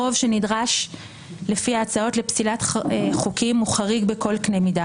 הרוב שנדרש בבית משפט לפי ההצעות לפסילת חוקים הוא חריג בכל קנה מידה.